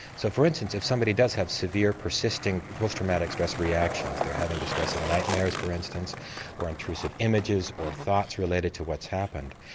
so for instance if someone does have severe persisting post traumatic stress reactions, they are having distressing nightmares for instance or intrusive images or thoughts related to what's happened,